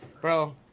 Bro